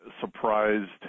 surprised